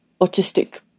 autistic